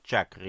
Jack